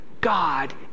God